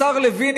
השר לוין,